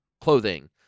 clothing